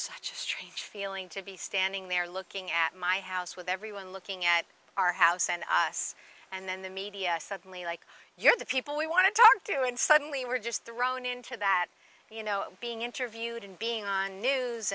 such a strange feeling to be standing there looking at my house with everyone looking at our house and us and then the media suddenly like you're the people we want to talk to and suddenly we're just thrown into that you know being interviewed and being on